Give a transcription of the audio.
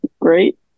great